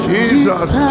Jesus